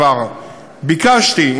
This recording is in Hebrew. כבר ביקשתי,